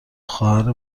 خواهر